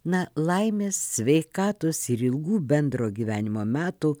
na laimės sveikatos ir ilgų bendro gyvenimo metų